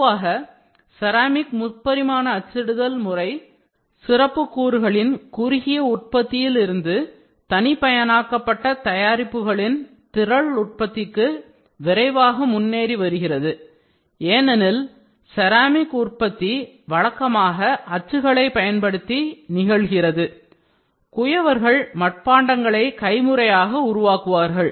பொதுவாக செராமிக் முப்பரிமான அச்சிடுதல் முறை சிறப்புக் கூறுகளின் குறுகிய உற்பத்தியில் short run production இருந்து தனிப்பயனாக்கப்பட்ட தயாரிப்புகளின் திரள் உற்பத்திக்கு விரைவாக முன்னேறி வருகிறது ஏனெனில் செராமிக் உற்பத்தி வழக்கமாக அச்சுகளைப் பயன்படுத்தி நிகழ்கிறது குயவர்கள் மட்பாண்டங்களை கைமுறையாக உருவாக்குவார்கள்